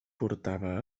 portava